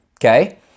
Okay